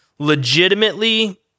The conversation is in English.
Legitimately